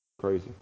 Crazy